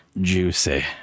juicy